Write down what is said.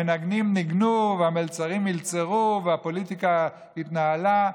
המנגנים ניגנו, המלצרים מלצרו והפוליטיקה התנהלה.